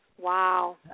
Wow